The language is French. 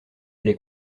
les